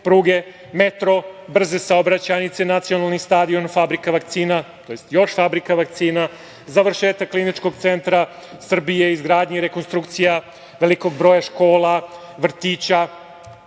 pruge, metro, brze saobraćajnice, nacionalni stadion, fabrika vakcina, tj. još fabrika vakcina, završetak Kliničkog centra Srbije, izgradnja i rekonstrukcija velikog broja škola, vrtića